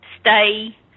stay